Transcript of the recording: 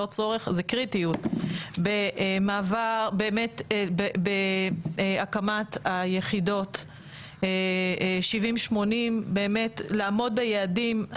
קריטיות, בהקמת היחידות 70, 80, לעמוד ביעדים.